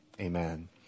Amen